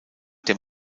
dem